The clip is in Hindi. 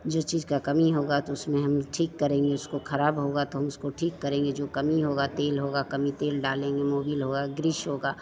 जिस चीज़ की कमी होगी तो उसमें हम ठीक करेंगे उसको खराब होगा तो हम उसको ठीक करेंगे जो कमी होगी तेल होगा कमी तेल डालेंगे मोबिल होगा ग्रीस होगा